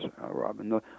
Robin